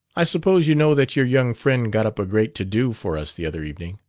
i suppose you know that your young friend got up a great to-do for us the other evening?